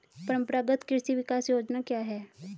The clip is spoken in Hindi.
परंपरागत कृषि विकास योजना क्या है?